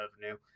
revenue